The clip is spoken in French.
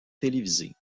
télévisées